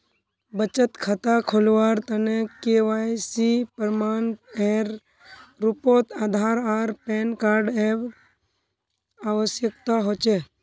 बचत खता खोलावार तने के.वाइ.सी प्रमाण एर रूपोत आधार आर पैन कार्ड एर आवश्यकता होचे